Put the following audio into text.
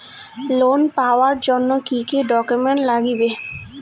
Loan পাওয়ার জন্যে কি কি ডকুমেন্ট লাগবে?